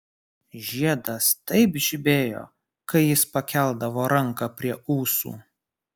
žiedas taip žibėjo kai jis pakeldavo ranką prie ūsų